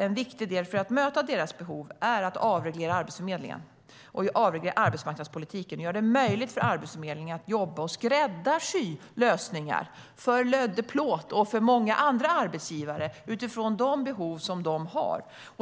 En viktig del i att möta arbetsgivarnas behov är att avreglera Arbetsförmedlingen och avreglera arbetsmarknadspolitiken, göra det möjligt för Arbetsförmedlingen att skräddarsy lösningar för Lödde Plåt och för många andra arbetsgivare just utifrån de behov de har.